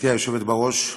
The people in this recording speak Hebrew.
גברתי היושבת בראש,